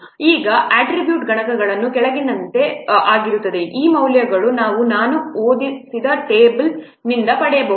ಈಗ ಅಟ್ರಿಬ್ಯೂಟ್ ಗುಣಕಗಳು ಈ ಕೆಳಗಿನಂತೆ ಆಗಿರುತ್ತವೆ ಈ ಮೌಲ್ಯಗಳನ್ನು ನಾವು ನಾನು ಒದಗಿಸಿದ ಟೇಬಲ್ನಿಂದ ಪಡೆಯಬಹುದು